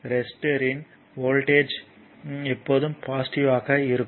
ரெசிஸ்டர்யின் voltage எப்போதும் positive ஆக இருக்கும்